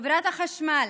חברת החשמל,